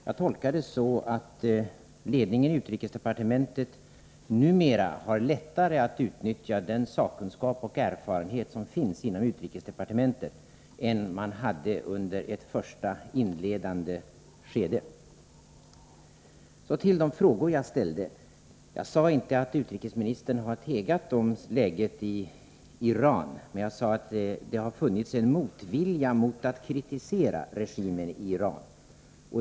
Jag tolkar det så att ledningen i utrikesdepartementet numera har lättare att utnyttja den sakkunskap och erfarenhet som finns inom utrikesdepartementet än man hade under ett första inledande skede. Så till de frågor jag ställde. Jag sade inte att utrikesministern har tegat om läget i Iran — jag sade att det har funnits en motvilja mot att kritisera regimen i Iran.